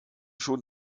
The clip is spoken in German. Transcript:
schon